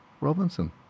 Robinson